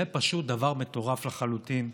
זה פשוט דבר מטורף לחלוטין.